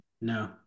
No